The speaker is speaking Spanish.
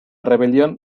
rebelión